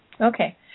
Okay